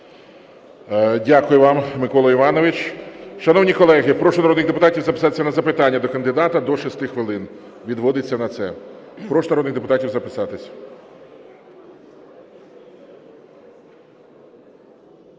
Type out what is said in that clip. Дякую вам, Микола Іванович. Шановні колеги, прошу народних депутатів записатися на запитання до кандидата, до 6 хвилин відводиться на це. Прошу народних депутатів записатись.